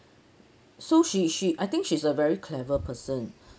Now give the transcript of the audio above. so she she I think she's a very clever person